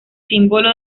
símbolo